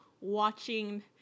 watching